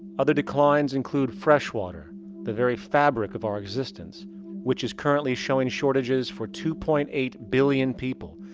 other declines include fresh water the very fabric of our existence which is currently showing shortages for two point eight billion people.